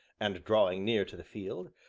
and drawing near to the field,